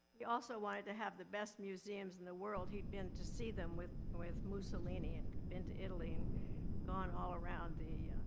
he also wanted to have the best museums in the world. he'd been to see them with with mussolini and had been to italy and gone all around the,